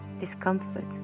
Discomfort